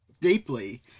deeply